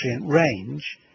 range